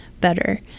better